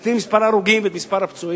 נקטין את מספר ההרוגים ואת מספר הפצועים.